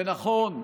ונכון,